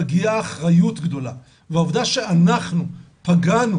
מגיעה אחריות גדולה - והעובדה שאנחנו פגענו